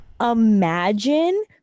imagine